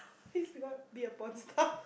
be a porn star